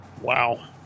Wow